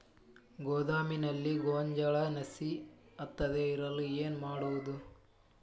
ಗೋದಾಮಿನಲ್ಲಿ ಗೋಂಜಾಳ ನುಸಿ ಹತ್ತದೇ ಇರಲು ಏನು ಮಾಡುವುದು?